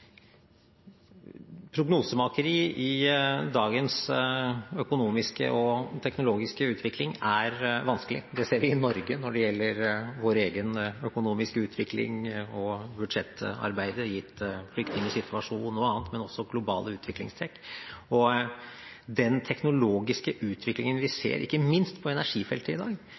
Prognosemakeri i dagens økonomiske og teknologiske utvikling er vanskelig. Det ser vi i Norge når det gjelder vår egen økonomiske utvikling og budsjettarbeidet gitt flyktningsituasjonen og annet, men også globale utviklingstrekk. Den teknologiske utviklingen vi ser ikke minst på energifeltet i dag,